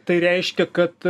tai reiškia kad